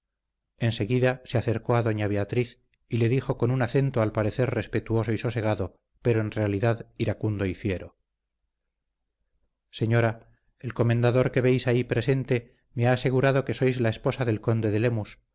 perdón enseguida se acercó a doña beatriz y le dijo con un acento al parecer respetuoso y sosegado pero en realidad iracundo y fiero señora el comendador que veis ahí presente me ha asegurado que sois la esposa del conde de lemus